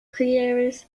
creators